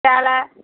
சேலை